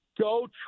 Go